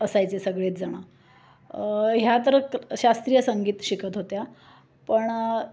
असायचे सगळेच जणं ह्या तर क शास्त्रीय संगीत शिकत होत्या पण